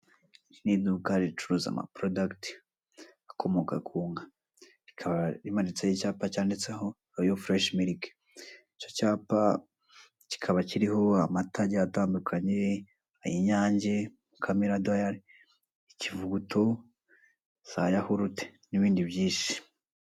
Iri ni iduka ricuruza ama product akomoka ku nka. Rikaba rimanitseho icyapa cyanditseho royal fresh milk. Icyo cyapa kikaba kiriho amata agiye atandukanye, ayinyange, mukamira diary, ikivuguto, za yawurute, n'ibindi byinshi.